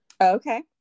okay